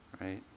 Right